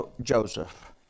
Joseph